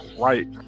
right